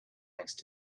next